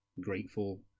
grateful